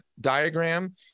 diagram